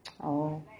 oh